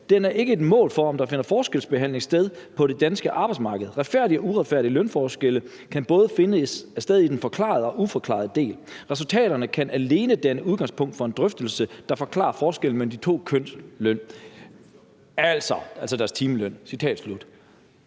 Den er ikke et mål for, om der finder forskelsbehandling sted på det danske arbejdsmarked. ’Retfærdige’ og ’uretfærdige’ lønforskelle kan findes både i den ’forklarede’ og den ’uforklarede’ del. Resultaterne kan alene danne udgangspunkt for en drøftelse af, hvad der forklarer forskellen mellem de to køns timeløn.« Altså, så kan vi godt